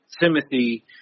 Timothy